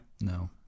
No